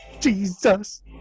Jesus